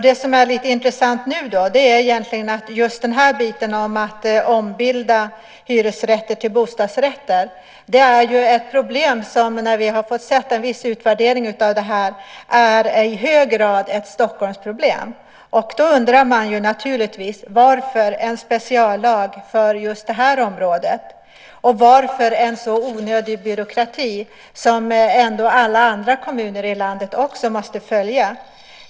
Det som är lite intressant nu är egentligen att just biten om att ombilda hyresrätter till bostadsrätter visar sig, när vi fått se en viss utvärdering av detta, i hög grad vara ett Stockholmsproblem. Då undrar man naturligtvis: Varför en speciallag för just det här området, och varför en så onödig byråkrati som ändå alla andra kommuner i landet också måste följa?